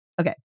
Okay